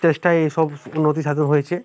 চেষ্টায় সব উন্নতি সাধন হয়েছে